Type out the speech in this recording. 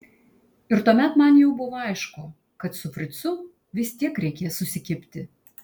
ir tuomet man jau buvo aišku kad su fricu vis tiek reikės susikibti